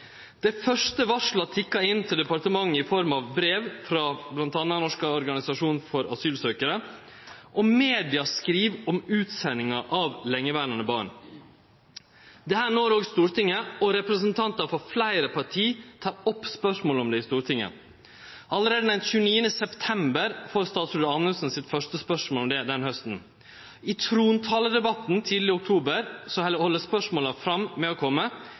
Dei første varsla tikkar inn til departementet i form av brev frå bl.a. Norsk Organisasjon for Asylsøkere, og media skriv om utsendingar av lengeverande barn. Dette når òg Stortinget, og representantar for fleire parti tek opp spørsmålet om det i Stortinget. Allereie den 29. september fekk statsråd Anundsen det første spørsmålet om dette denne hausten. I trontaledebatten tidleg i oktober held spørsmåla fram med å kome,